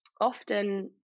often